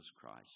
Christ